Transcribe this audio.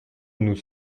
nous